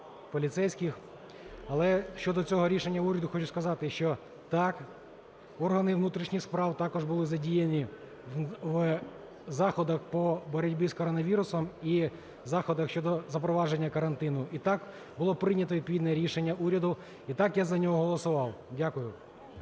поліцейських. Але щодо цього рішення уряду хочу сказати, що, так, органи внутрішніх справ також були задіяні в заходах по боротьбі з коронавірусом і заходах щодо запровадження карантину. І, так, було прийнято відповідне рішення уряду, і, так, я за нього голосував. Дякую.